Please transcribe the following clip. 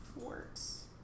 works